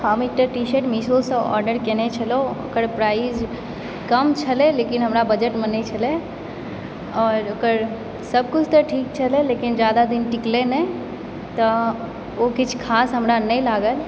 हम एकटा टीशर्ट मीशोसँ आर्डर कयने छलहुँ ओकर प्राइज कम छलय लेकिन हमरा बजटमे नहि छलय आओर ओकर सभ किछु तऽ ठीक छलय लेकिन जादा दिन टिकलय नहि तऽ ओ किछु खास हमरा नहि लागल